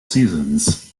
seasons